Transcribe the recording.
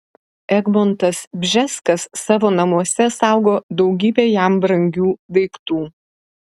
egmontas bžeskas savo namuose saugo daugybę jam brangių daiktų